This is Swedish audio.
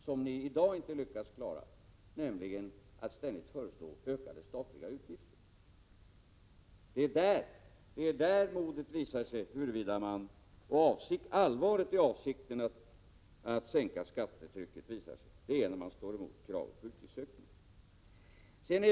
Det lyckas ni inte klara i dag. I stället föreslår ni ökade statliga utgifter. Det är när man står emot kravet på utgiftsökningar som modet visar sig, liksom hur allvarlig avsikten är att sänka skattetrycket.